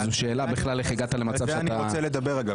שאלה איך הגעת בכלל למצב שאתה --- על זה אני רוצה לדבר.